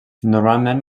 normalment